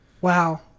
Wow